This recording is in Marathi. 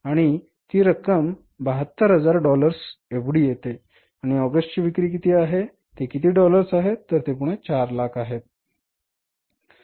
आणि ती रक्कम 72000 डॉलर्स एवढी येते आणि ऑगस्टची विक्री किती आहे ते किती डॉलर्स आहेत तर ते पुन्हा 400000 आहेत